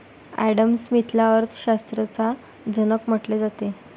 Adam स्मिथला अर्थ शास्त्राचा जनक म्हटले जाते